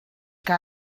que